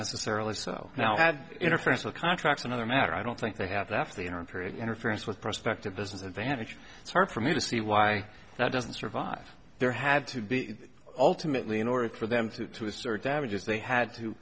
necessarily so now i had interference with contracts another matter i don't think they have left the interim period interference with prospective business advantage it's hard for me to see why that doesn't survive there had to be ultimately in order for them to assert damages they had to